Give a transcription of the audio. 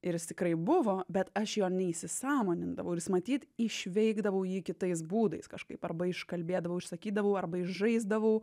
ir jis tikrai buvo bet aš jo neįsisąmonindavau ir matyt išveikdavau jį kitais būdais kažkaip arba iškalbėdavau išsakydavau arba išžaisdavau